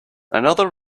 another